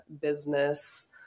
business